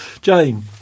Jane